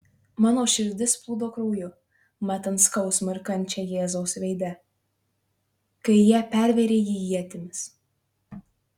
mano širdis plūdo krauju matant skausmą ir kančią jėzaus veide kai jie pervėrė jį ietimis